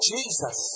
Jesus